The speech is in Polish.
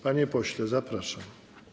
Panie pośle, zapraszam.